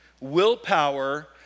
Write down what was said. Willpower